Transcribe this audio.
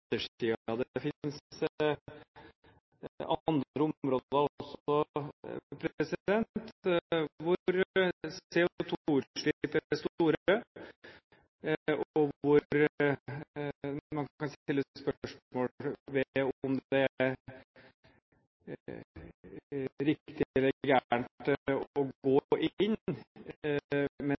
finnes også andre områder hvor CO2-utslipp er store, og hvor man kan stille spørsmål ved om det er riktig eller galt å gå inn, men